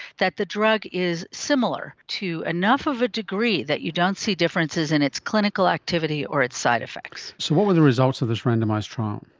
that the drug is similar to another of a degree that you don't see differences in its clinical activity or its side-effects. so what were the results of this randomised trial?